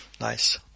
nice